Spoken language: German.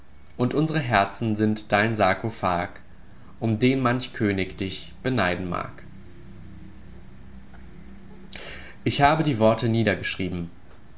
und unsre herzen sind dein sarkophag um den manch könig dich beneiden mag ich habe die worte niedergeschrieben